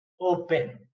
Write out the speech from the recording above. open